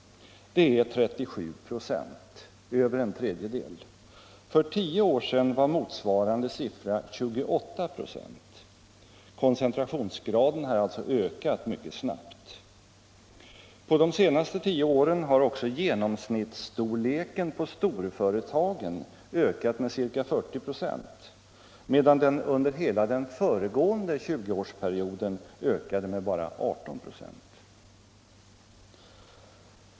Det är 37 96, dvs. över en tredjedel. För tio år sedan var motsvarande siffra 28 96. Koncentrationsgraden har alltså ökat mycket snabbt. På de senaste tio åren har genomsnittsstorleken på storföretagen ökat med ca 40 26, medan den under hela den föregående sjuårsperioden ökade med bara 18 96.